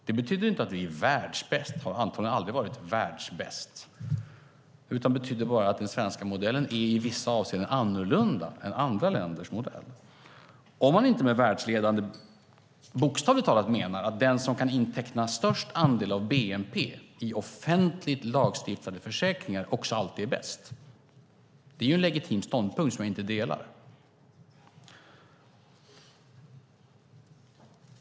Det betyder inte att vi är världsbäst, har antagligen aldrig varit världsbäst, utan det betyder bara att den svenska modellen i vissa avseenden är annorlunda än andra länders modeller - om man inte med världsledande bokstavligt talat menar att den som kan inteckna störst andel av bnp i offentligt lagstiftade försäkringar också alltid är bäst. Det är en legitim ståndpunkt som jag inte delar.